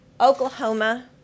Oklahoma